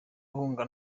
ahunga